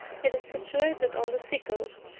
it is situated on the sea-coast,